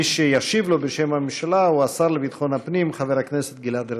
מי שישיב לו בשם הממשלה הוא השר לביטחון הפנים חבר הכנסת גלעד ארדן.